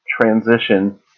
transition